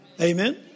Amen